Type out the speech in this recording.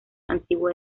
antiguo